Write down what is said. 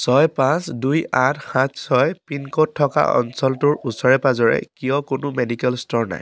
ছয় পাঁচ দুই আঠ সাত ছয় পিন ক'ড থকা অঞ্চলটোৰ ওচৰে পাঁজৰে কিয় কোনো মেডিকেল ষ্ট'ৰ নাই